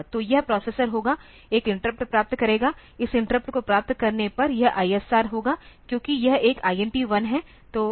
तो यह प्रोसेसर होगा एक इंटरप्ट प्राप्त करेगा इस इंटरप्ट को प्राप्त करने पर यह ISR होगा क्योंकि यह एक INT1 है